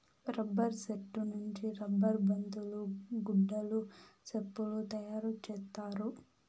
rubber సెట్టు నుంచి rubber బంతులు గుడ్డలు సెప్పులు తయారు చేత్తారు